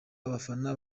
abafana